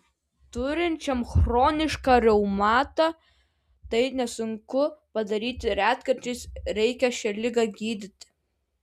turinčiam chronišką reumatą tai nesunku padaryti retkarčiais reikia šią ligą gydyti